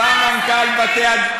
בא מנכ"ל בתי-הדין,